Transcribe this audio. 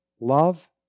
Love